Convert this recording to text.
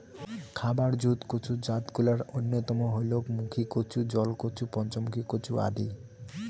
খাবার জুত কচুর জাতগুলার অইন্যতম হইলেক মুখীকচু, জলকচু, পঞ্চমুখী কচু আদি